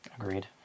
Agreed